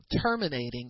terminating